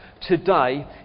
today